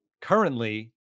currently